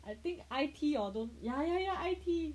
I think Itea or don't ya ya ya Itea